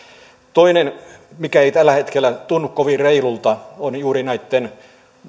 toinen mikä ei tällä hetkellä tunnu kovin reilulta on juuri